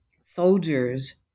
soldiers